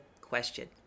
question